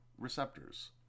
receptors